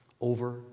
over